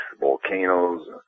volcanoes